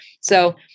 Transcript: So-